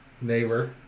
Neighbor